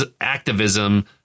activism